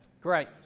Great